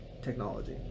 technology